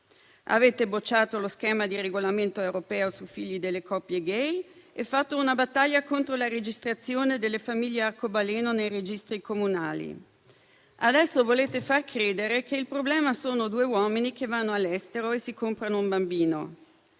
Avete bocciato lo schema di regolamento europeo sui figli delle coppie gay e fatto una battaglia contro la registrazione delle famiglie arcobaleno nei registri comunali. Adesso volete far credere che il problema siano due uomini che vanno all'estero e si comprano un bambino